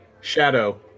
Shadow